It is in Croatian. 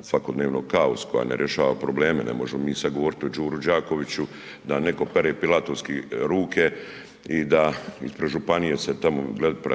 svakodnevno kaos, koja ne rješava probleme. Ne možemo mi sada govoriti o Đuri Đakoviću da neko pere pilatovski ruke i da se ispred županije tamo,